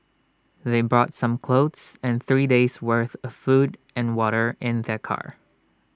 they brought some clothes and three days' worth of food and water in their car